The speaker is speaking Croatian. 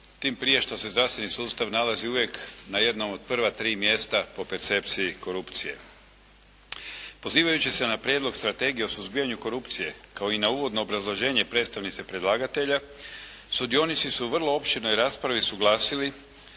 tim prije što se zdravstveni sustav nalazi uvijek na jednom od prva tri mjesta po percepciji korupcije. Pozivajući se na Prijedlog strategije o suzbijanju korupcije kao i na uvodno obrazloženje predstavnice predlagatelja, sudionici su u vrlo opširnoj raspravi usuglasili